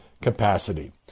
capacity